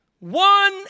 One